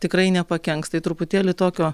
tikrai nepakenks tai truputėlį tokio